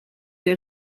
der